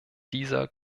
dieser